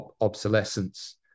obsolescence